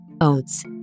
oats